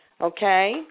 Okay